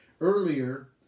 Earlier